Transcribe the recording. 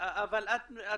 אבל בסעיף הזה, הדר, את אומרת